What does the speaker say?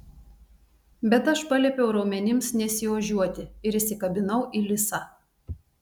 bet aš paliepiau raumenims nesiožiuoti ir įsikabinau į lisą